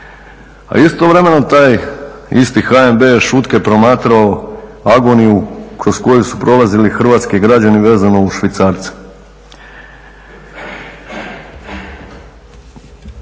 A istovremeno taj isti HNB je šutke promatrao agoniju kroz koju su prolazili hrvatski građani vezano uz švicarce.